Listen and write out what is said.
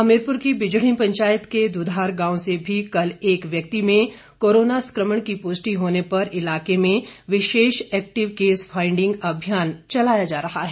हमीरपुर की बिझड़ी पंचायत के दुधार गांव से भी कल एक व्यक्ति में कोरोना संक्रमण की पुष्टि होने पर इलाके में विशेष एक्टिव केस फाइंडिग अभियान चलाया जा रहा है